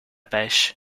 pêche